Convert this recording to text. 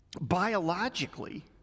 Biologically